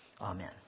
Amen